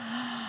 כן,